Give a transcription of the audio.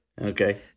Okay